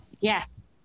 Yes